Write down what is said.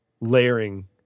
layering